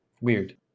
Weird